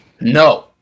No